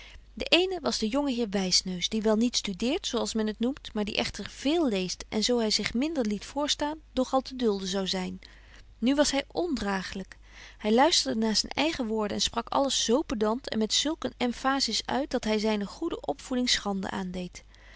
de eene was de jonge heer wysneus die wel niet studeert zo als men het noemt maar die echter veel leest en zo hy zich minder liet voorstaan nog al te dulden zou zyn nu was hy ondraaglyk hy luisterde naar zyn eigen woorden en sprak alles zo pedant en met zulk een emphasis uit dat hy zyne goede opvoeding schande